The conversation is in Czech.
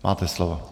Máte slovo.